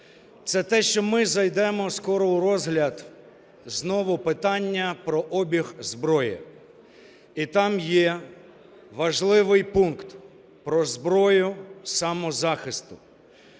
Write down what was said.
Це те, що ми зайдемо скоро у розгляд знову питання про обіг зброї і там є важливий пункт про зброю самозахисту,